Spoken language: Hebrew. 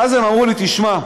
ואז הם אמרו לי: תשמע,